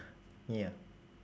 ya